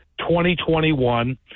2021